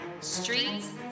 Streets